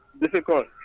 difficult